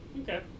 okay